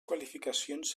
qualificacions